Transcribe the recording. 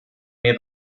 mehr